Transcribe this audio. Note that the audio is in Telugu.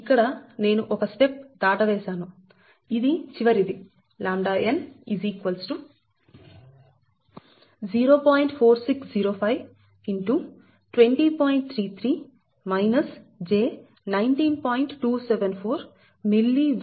ఇక్కడ నేను ఒక స్టెప్ దాటవేసాను ఇది చివరిది ʎn 0